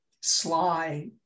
sly